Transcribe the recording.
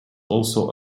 also